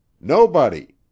Nobody